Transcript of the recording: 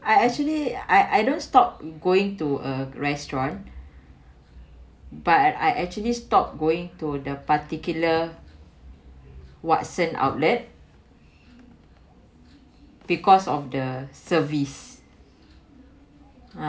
I actually I I don't stop going to a restaurant but I I actually stopped going to the particular watson outlet because of the service